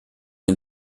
den